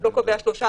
לא קובע שלושה,